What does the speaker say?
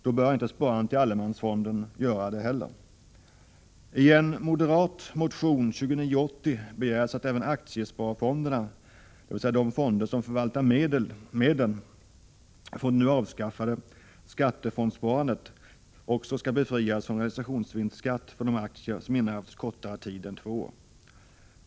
Då bör inte heller sparandet i allemansfonden göra det!